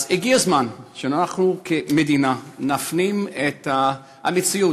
אז הגיע הזמן שאנחנו כמדינה נפנים את המציאות